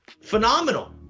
Phenomenal